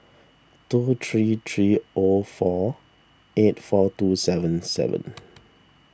two three three O four eight four two seven seven